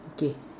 okay